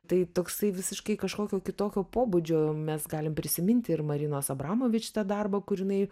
tai toksai visiškai kažkokio kitokio pobūdžio mes galim prisiminti ir marinos abramovič tą darbą kur jinai